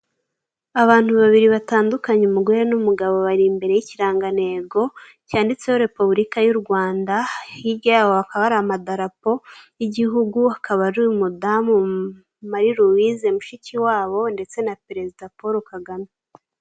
Abantu babiri batandukanye umugore n'umugabo bari imbere y'ikirangantego cyanditseho repuburika y'uRwanda hirya yabo hakaba hari amadarapo y'igihugu akaba ari umugamu Marie Ruwise Mushikiwabo ndetse na perezida Paul Kagame.